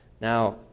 Now